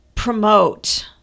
promote